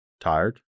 tired